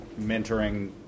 mentoring